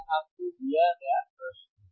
यह आपको दिया गया प्रश्न है